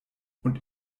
und